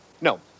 No